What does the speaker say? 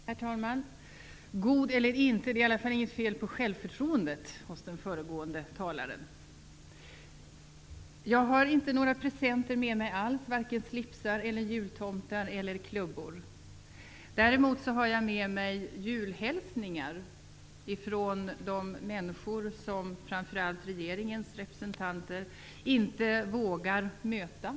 Herr talman! God eller inte -- det är i alla fall inget fel på självförtroendet hos den föregående talaren. Jag har inga presenter alls med mig. Jag har alltså varken slipsar, jultomtar eller klubbor med mig. Däremot har jag med mig julhälsningar från de människor som framför allt regeringens representanter inte vågar möta.